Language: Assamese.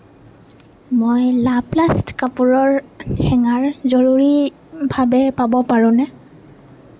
মই লাপ্লাষ্ট কাপোৰৰ হেঙাৰ জৰুৰীভাৱে পাব পাৰোঁনে